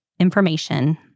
information